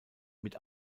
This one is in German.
mit